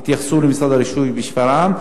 יתייחסו למשרד הרישוי בשפרעם,